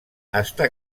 està